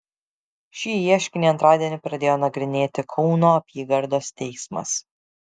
šį ieškinį antradienį pradėjo nagrinėti kauno apygardos teismas